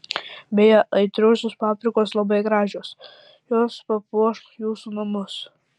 beje aitriosios paprikos labai gražios jos papuoš jūsų namus